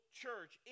church